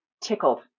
tickled